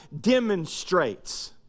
demonstrates